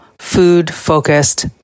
food-focused